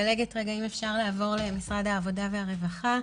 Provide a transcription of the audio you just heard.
משרד העבודה והרווחה.